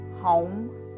home